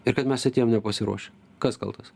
ir kad mes atėjom nepasiruošę kas kaltas